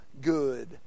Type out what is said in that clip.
good